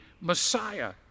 Messiah